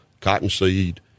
cottonseed